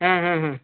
ಹಾಂ ಹಾಂ ಹಾಂ